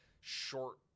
short